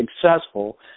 successful